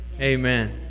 Amen